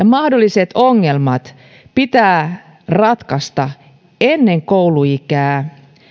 mahdolliset ongelmat pitää ratkaista ennen kouluikää